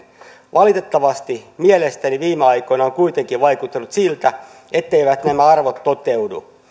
valitettavasti mielestäni viime aikoina on kuitenkin vaikuttanut siltä etteivät nämä arvot toteudu